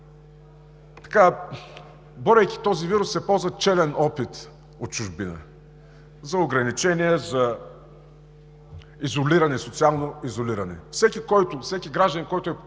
Борейки този вирус, се ползва челен опит от чужбина за ограничения, за социално изолиране. Всеки гражданин, който е